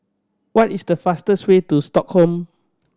what is the fastest way to Stockholm